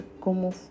Como